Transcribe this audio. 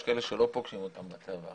יש כאלה שלא פוגשים אותם בצבא,